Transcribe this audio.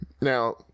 now